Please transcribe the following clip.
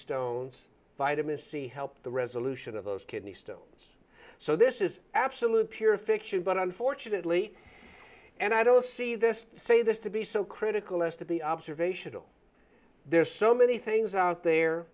stones vitamin c helped the resolution of those kidney stones so this is absolute pure fiction but unfortunately and i don't see this say this to be so critical as to be observational there's so many things out there